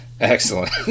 Excellent